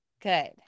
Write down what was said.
good